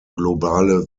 globale